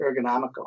ergonomical